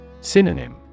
Synonym